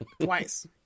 twice